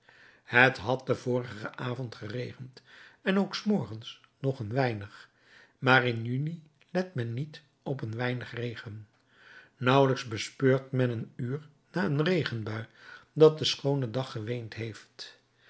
het had den vorigen avond geregend en ook s morgens nog een weinig maar in juni let men niet op een weinig regen nauwelijks bespeurt men een uur na een regenbui dat de schoone dag geweend heeft